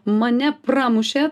mane pramušė